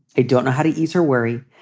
i don't know how to ease her worry.